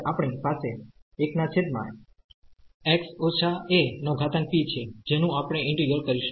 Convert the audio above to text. આપણી પાસે છે જેનુ આપણે ઈન્ટિગ્રલકરીશું